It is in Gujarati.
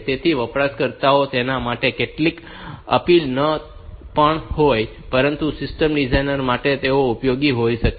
તેથી વપરાશકર્તાઓને તેના માટે તેટલી અપીલ ન પણ હોય પરંતુ સિસ્ટમ ડિઝાઇનર્સ માટે તેઓ ઉપયોગી હોઈ શકે છે